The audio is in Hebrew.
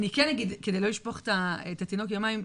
כדי לא לשפוך את התינוק עם המים,